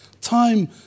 time